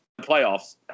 playoffs